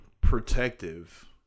protective